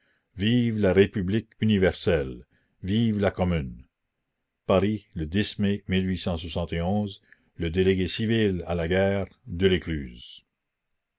vive la république universelle vive la commune paris le mai le délégué civil à la guerre